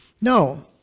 No